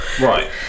Right